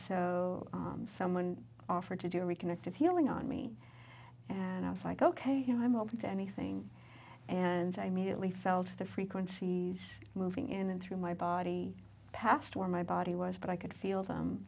so someone offered to do a reconnect of healing on me and i was like ok you know i'm open to anything and i mediately felt the frequencies moving in and through my body past where my body was but i could feel them